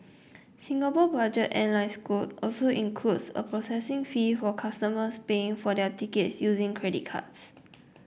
Singapore budget airline Scoot also includes a processing fee for customers paying for their tickets using credit cards